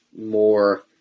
more